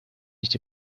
nicht